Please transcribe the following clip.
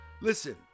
Listen